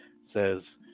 says